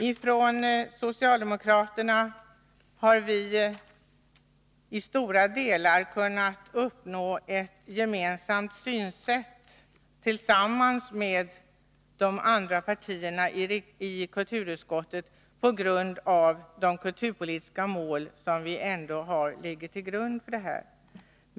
Vi socialdemokrater har i stora delar kunnat uppnå ett med de andra partierna i kulturutskottet gemensamt synsätt, byggt på de kulturpolitiska mål som vi har.